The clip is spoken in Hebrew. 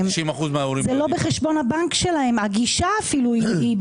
והגישה קשה,